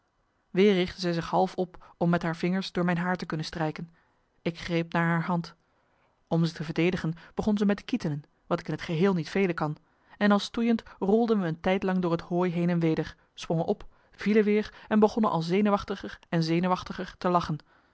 richtte zij zich half op om met haar vingers door mijn haar te kunnen strijken ik greep naar haar hand om zich te verdedigen begon zij me te kietelen wat ik in t geheel niet velen kan en al stoeiend rolden we een tijd lang door het hooi heen en weder sprongen op vielen weer en begonnen al zenuwachtiger en zenuwachtiger te lachen